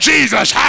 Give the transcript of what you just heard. Jesus